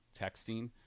texting